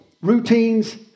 routines